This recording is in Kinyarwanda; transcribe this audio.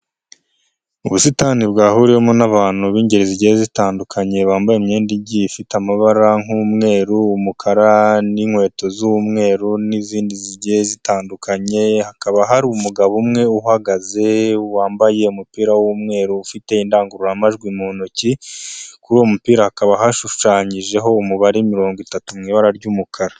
Ubusitani bwahuriwe mo n'abantu b'ingeri zigiye zitandukanye bambaye imyenda igiye ifite amabara nk'umweru, umukara n'inkweto z'umweru n'izindi zigiye zitandukanye, hakaba hari umugabo umwe uhagaze wambaye umupira w'umweru ufite indangururamajwi mu ntoki kuri uwo mupira hakaba hashushanyijeho umubare mirongo itatu mu ibara ry'umukara.